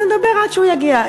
נדבר עד שהוא יגיע.